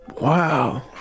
Wow